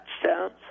touchdowns